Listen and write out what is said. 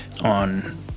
on